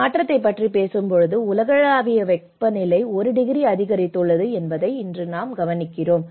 மாற்றத்தைப் பற்றி பேசும்போது உலகளாவிய வெப்பநிலை 1 டிகிரி அதிகரித்துள்ளது என்பதை இன்று நாம் கவனிக்கிறோம்